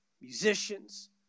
musicians